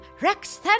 Rex